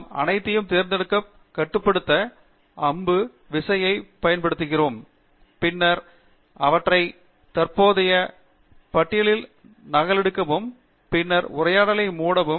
நாம் அனைத்தையும் தேர்ந்தெடுத்து கட்டுப்படுத்த அம்பு விசையை பயன்படுத்துகிறோம் பின்னர் அவற்றை தற்போதைய பட்டியலில் நகலெடுக்கவும் பின்னர் உரையாடலை மூடவும்